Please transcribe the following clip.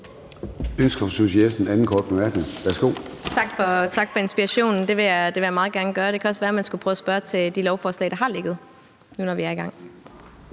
Tak for inspirationen. Det vil jeg meget gerne gøre. Det kunne også være, at man skulle prøve at spørge til de lovforslag, der har ligget, når vi nu er i gang.